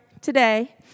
today